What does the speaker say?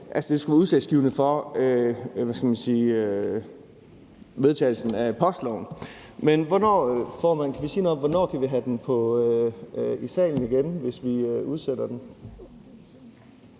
det skulle være udslagsgivende for vedtagelsen af postloven. Men formand, kan vi sige noget om, hvornår vi kan have den i salen igen, hvis vi udsætter den?